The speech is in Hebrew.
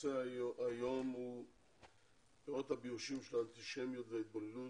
הנושא הוא פירות הביאושים של האנטישמיות וההתבוללות: